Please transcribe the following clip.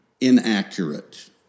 Inaccurate